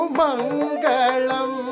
mangalam